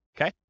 Okay